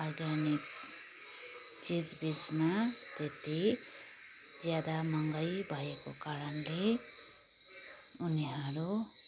organic चिजबिजमा त्यत्ति ज्यादा महँगाइ भएको कारणले उनीहरू